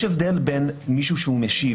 יש הבדל בין מישהו שהוא משיב,